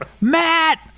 Matt